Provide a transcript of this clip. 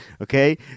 okay